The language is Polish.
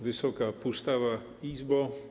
Wysoka Pustawa Izbo!